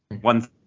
one